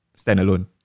standalone